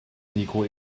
niko